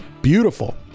beautiful